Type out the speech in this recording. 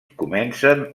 comencen